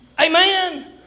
Amen